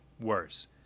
worse